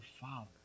father